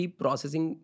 processing